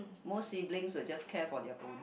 most siblings will just care for their own